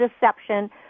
Deception